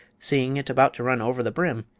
seeing it about to run over the brim,